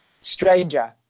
Stranger